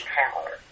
power